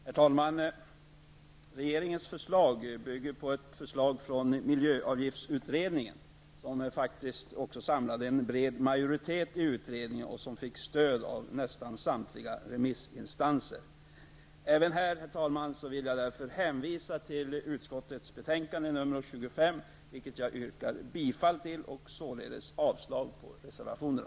Herr talman! Regeringens förslag bygger på ett förslag från miljöavgiftsutredningen som faktiskt samlade en bred majoritet i utredningen. Det fick stöd av nästan samtliga remissinstanser. Herr talman! Även här vill jag därför hänvisa till utskottets betänkande SkU25, till vilket jag yrkar bifall. Jag yrkar således avslag på reservationerna.